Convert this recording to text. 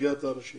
ולשגע את האנשים.